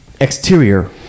Exterior